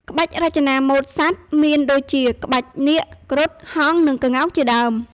ក្បាច់រចនាម៉ូដសត្វ មានដូចជា ក្បាច់នាគ គ្រុឌ ហង្ស និងក្ងោកជាដើម។